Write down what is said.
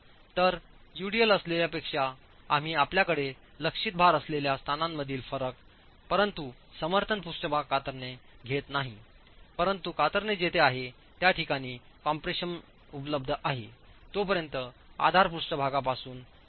तर यूडीएल असलेल्यांपेक्षा आम्ही आपल्याकडे लक्षित भार असलेल्या स्थानांमधील फरक परंतु समर्थन पृष्ठभाग कातरणे घेत नाही परंतु कातरणे जेथे आहे त्या ठिकाणी कम्प्रेशन उपलब्ध आहे तोपर्यंत आधार पृष्ठभागा पासून 0